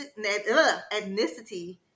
ethnicity